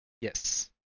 Yes